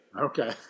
Okay